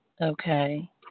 Okay